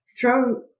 Throw